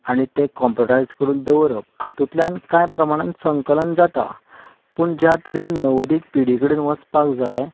आनी तें कम्प्युटरायज करून दवरप हातूंतल्यान कांय प्रमाणान संकलन जाता पूण ज्या तरेन नवोदीत पिडी कडेन वचपाक जाय